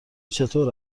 چطور